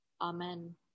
Amen